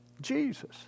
Jesus